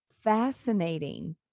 fascinating